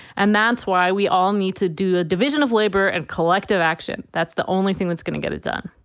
and that's why we all need to do a division of labor and collective action. that's the only thing that's going to get it done